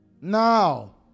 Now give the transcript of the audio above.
Now